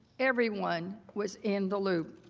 everyone was in the loop.